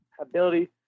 ability